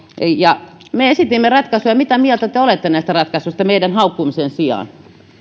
me esitimme ratkaisuja mitä mieltä te te olette näistä ratkaisuista meidän haukkumisen sijaan